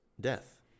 death